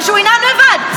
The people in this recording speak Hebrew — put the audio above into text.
ושהוא ינאם לבד,